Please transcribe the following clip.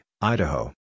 Idaho